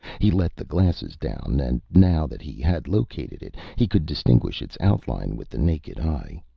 he let the glasses down and now that he had located it, he could distinguish its outline with the naked eye.